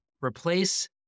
Replace